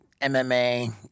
MMA